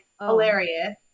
hilarious